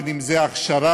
בין שזה ההכשרה,